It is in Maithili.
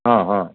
हँ हँ